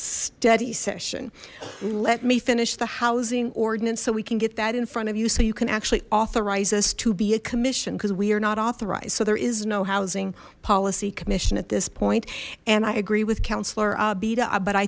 study session let me finish the housing ordinance so we can get that in front of you so you can actually authorize us to be a commission because we are not authorized so there is no housing policy commission at this point and i agree with councilor